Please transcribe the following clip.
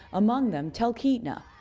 among them talkeetna,